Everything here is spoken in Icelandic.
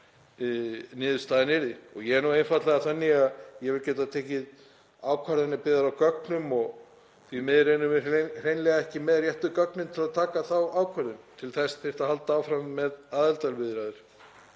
niðurstaðan yrði. Ég er nú einfaldlega þannig að ég vil geta tekið ákvarðanir byggðar á gögnum og því miður erum við hreinlega ekki með réttu gögnin til að taka þá ákvörðun. Til þess þyrfti að halda áfram með aðildarviðræður.